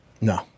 No